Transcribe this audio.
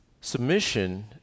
Submission